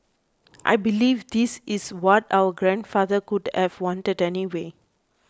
I believe this is what our grandfather would have wanted anyway